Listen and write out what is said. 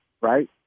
right